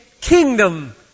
kingdom